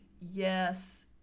yes